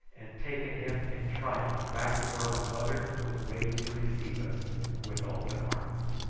and taken him in triumph back to where my mother was waiting to receive us with open arms.